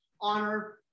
honor